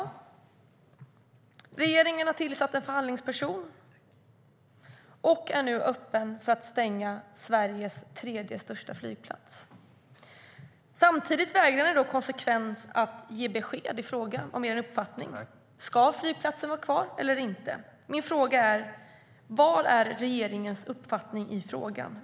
Regeringen har tillsatt en förhandlingsperson och är nu öppen för att stänga Sveriges tredje största flygplats. Samtidigt vägrar ni konsekvent att ge besked i frågan om er uppfattning om flygplatsen ska vara kvar eller inte. Min fråga är: Vad är regeringens uppfattning i frågan?